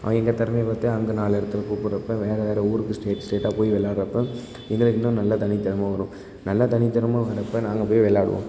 அவன் எங்கள் திறமைய பார்த்து அங்கே நாலு இடத்துக்கு கூப்பிட்றப்ப வேறு வேறு ஊருக்கு ஸ்டேட் ஸ்டேட்டாக போய் விளாட்றப்ப எங்களுக்கு இன்னும் நல்லா தனித்திறமை வரும் நல்லா தனித்திறமை வரப்போ நாங்கள் போய் விளாடுவோம்